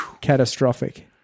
catastrophic